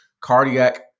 cardiac